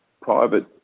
private